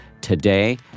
today